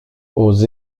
aux